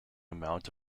amount